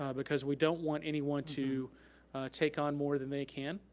ah because we don't want anyone to take on more than they can.